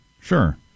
Sure